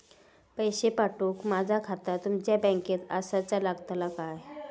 पैसे पाठुक माझा खाता तुमच्या बँकेत आसाचा लागताला काय?